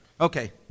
Okay